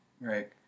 right